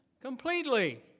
completely